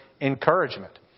encouragement